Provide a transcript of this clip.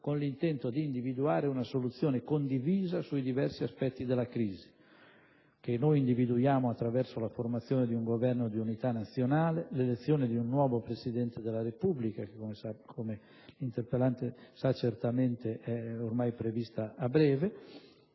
con l'intento di individuare una soluzione condivisa sui diversi aspetti della crisi, che noi individuiamo nella formazione di un Governo di unità nazionale, nell'elezione di un nuovo Presidente della Repubblica (che, come l'interpellante sa certamente, è prevista a breve),